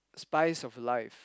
spice of life